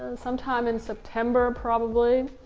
and some time in september probably.